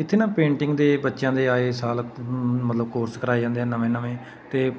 ਇੱਥੇ ਨਾ ਪੇਂਟਿੰਗ ਦੇ ਬੱਚਿਆਂ ਦੇ ਆਏ ਸਾਲ ਮਤਲਬ ਕੋਰਸ ਕਰਵਾਏ ਜਾਂਦੇ ਆ ਨਵੇਂ ਨਵੇਂ ਅਤੇ